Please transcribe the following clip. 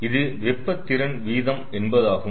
இது வெப்ப திறன் வீதம் என்பதாகும்